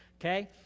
Okay